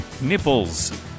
nipples